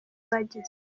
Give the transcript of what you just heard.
bagezeho